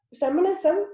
feminism